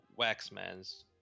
Waxman's